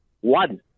One